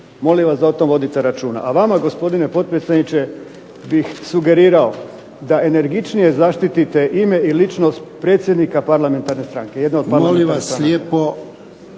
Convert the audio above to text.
molim vas da o tome vodite računa. A vama gospodine potpredsjedniče bih sugerirao da energičnije zaštitite ime i ličnost predsjednika parlamentarne stranke,